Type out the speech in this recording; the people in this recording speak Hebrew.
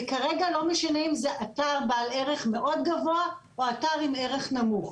זה כרגע לא משנה אם זה אתר בעל ערך מאוד גבוה או אתר עם ערך נמוך.